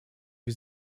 wir